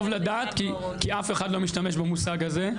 טוב לדעת, כי אף אחד לא משתמש במושג הזה.